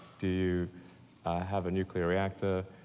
do you have a nuclear reactor?